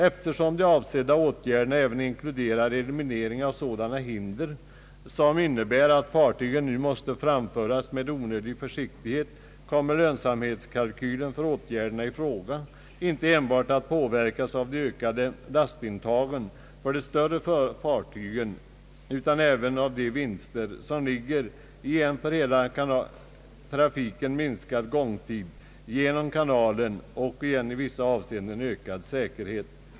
Eftersom de avsedda åtgärderna även inkluderar eliminering av sådana hinder som innebär att fartygen nu måste framföras med onödigt stor försiktighet, kommer lönsamhetskalkylen för åtgärderna i fråga inte enbart att påverkas av de ökade lastintagen för de större fartygen utan även av de vinster, som ligger i en för hela trafiken minskad gångtid genom kanalen och i en i vissa avseenden ökad säkerhet.